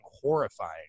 horrifying